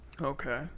Okay